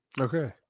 Okay